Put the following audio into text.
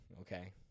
Okay